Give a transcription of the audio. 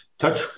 touch